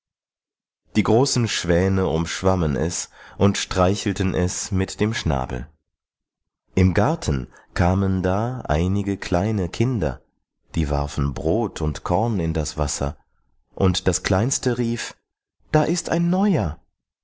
die großen schwäne umschwammen es und streichelten es mit dem schnabel im garten kamen da einige kleine kinder die warfen brot und korn in das wasser und das kleinste rief da ist ein neuer